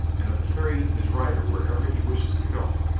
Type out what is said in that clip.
and of carrying his rider wherever he wishes to go.